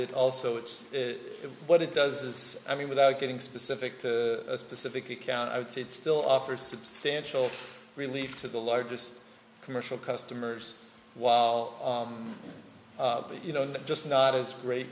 it also it's what it does is i mean without getting specific to a specific account i would say it still offers substantial relief to the largest commercial customers while you know just not as great